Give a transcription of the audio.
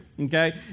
Okay